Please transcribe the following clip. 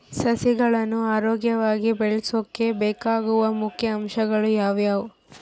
ಸಸಿಗಳನ್ನು ಆರೋಗ್ಯವಾಗಿ ಬೆಳಸೊಕೆ ಬೇಕಾಗುವ ಮುಖ್ಯ ಅಂಶಗಳು ಯಾವವು?